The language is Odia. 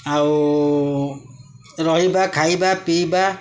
ଆଉ ରହିବା ଖାଇବା ପିଇବା